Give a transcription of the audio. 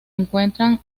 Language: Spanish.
encuentran